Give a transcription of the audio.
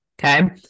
Okay